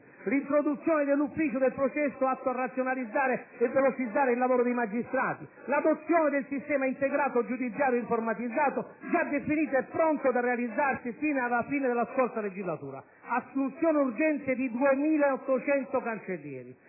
l'introduzione dell'ufficio per il processo, atto a razionalizzare e velocizzare il lavoro dei magistrati; l'adozione del sistema integrato giudiziario informatizzato, già definito e pronto da realizzare sin dalla fine della scorsa legislatura; l'assunzione urgente di 2.800 cancellieri,